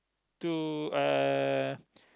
to uh